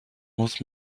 muss